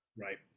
right